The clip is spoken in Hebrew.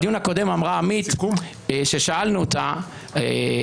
בדיון הקודם אמרה עמית כששאלנו אותה על